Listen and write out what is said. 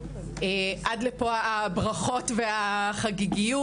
עד פה הברכות והחגיגיות.